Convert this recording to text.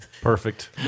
perfect